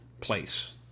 place